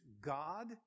God